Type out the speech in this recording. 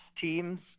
teams